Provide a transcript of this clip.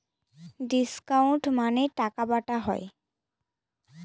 discount মানে টাকা বাটা হয়